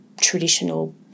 traditional